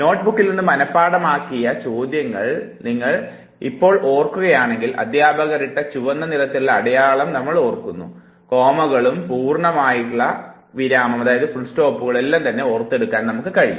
നോട്ട്ബുക്കിൽ നിന്നും മനഃപാഠമാക്കിയ ചോദ്യങ്ങൾ നിങ്ങൾ ഇപ്പോൾ ഓർക്കുകയാണെങ്കിൽ അധ്യാപകർ ഇട്ട ചുവന്ന നിറത്തിലെ അടയാളം ഓർക്കുന്നു കോമകളും പൂർണ്ണവിരാമവും എല്ലാം നിങ്ങൾ ഓർത്തെടുക്കുകയും ചെയ്യുന്നു